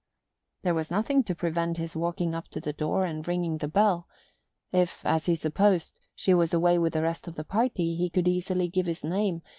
there was nothing to prevent his walking up to the door and ringing the bell if, as he supposed, she was away with the rest of the party, he could easily give his name,